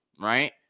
right